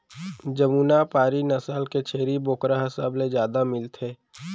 जमुना पारी नसल के छेरी बोकरा ह सबले जादा मिलथे